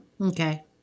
Okay